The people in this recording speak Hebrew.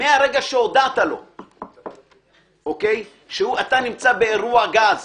מהרגע שהודעת לו שאתה נמצא באירוע גז